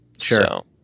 Sure